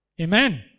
Amen